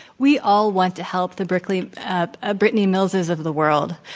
we all want to help the berkeley ah ah brittany millses of the world.